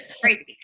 Crazy